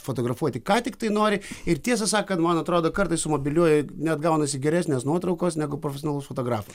fotografuoti ką tik nori ir tiesą sakant man atrodo kartais su mobiliuoju net gaunasi geresnės nuotraukos negu profesionalus fotografas